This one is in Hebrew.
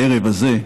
בערב הזה,